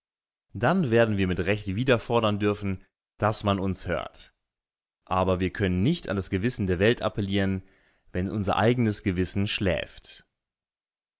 dann werden wir mit recht wieder fordern dürfen daß man uns hört aber wir können nicht an das gewissen der welt appellieren wenn unser eigenes gewissen schläft